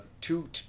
two